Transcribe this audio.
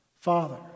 Father